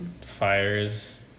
fires